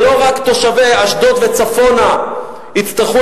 שלא רק תושבי אשדוד וצפונה יצטרכו